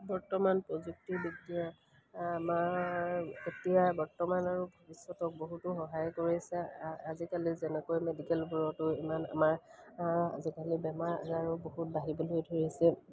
বৰ্তমান প্ৰযুক্তিবিবিদ্যে আমাৰ এতিয়া বৰ্তমান আৰু ভৱিষ্যতক বহুতো সহায় কৰিছে আজিকালি যেনেকৈ মেডিকেলবোৰতো ইমান আমাৰ আজিকালি বেমাৰ আজাৰো বহুত বাঢ়িবলৈ ধৰিছে